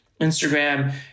Instagram